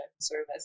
service